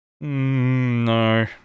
No